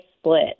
split